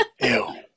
Ew